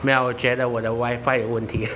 没有啊我觉得我的 wifi 有问题